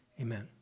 Amen